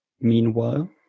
Meanwhile